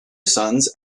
sons